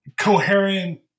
coherent